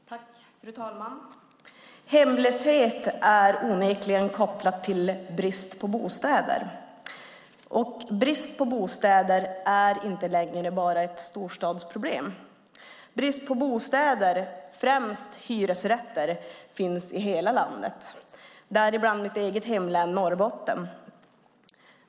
Fru talman! Hemlöshet är onekligen kopplad till brist på bostäder, och brist på bostäder är inte längre bara ett storstadsproblem. Brist på bostäder, främst hyresrätter, finns i hela landet, däribland i mitt eget hemlän, Norrbotten.